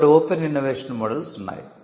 కాబట్టి open innovation models ఉన్నాయి